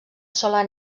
sola